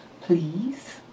please